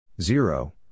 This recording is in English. Zero